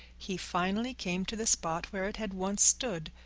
he finally came to the spot where it had once stood.